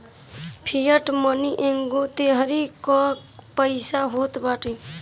fiat money एगो तरही कअ पईसा होत बाटे